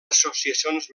associacions